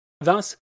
Thus